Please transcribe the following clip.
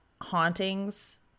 hauntings